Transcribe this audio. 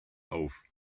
auf